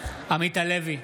עמית הלוי,